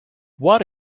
what